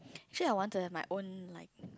actually I want to have my own like